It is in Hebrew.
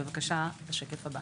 בבקשה לשקף הבא.